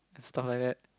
to stuff like that